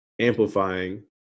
amplifying